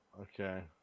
Okay